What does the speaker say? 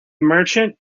merchant